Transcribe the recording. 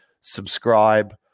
subscribe